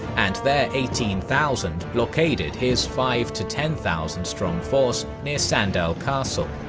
and their eighteen thousand blockaded his five to ten thousand strong force near sandal castle.